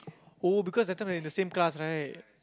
oh because that time you're in the same class right